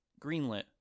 greenlit